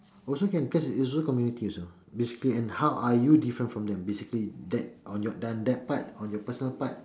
also can because it's also community also basically and how are you different from them basically that on your done that part on your personal part